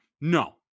No